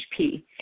HP